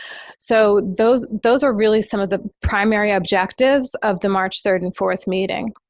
so, those those are really some of the primary objectives of the march third and fourth meeting.